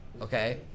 okay